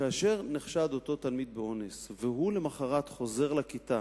כאשר נחשד אותו תלמיד באונס והוא למחרת חוזר לכיתה